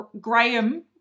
graham